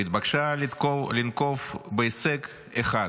והתבקשה לנקוב בהישג אחד,